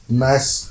nice